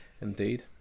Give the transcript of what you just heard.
indeed